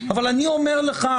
אבל אני אומר לך,